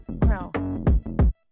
crown